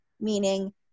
meaning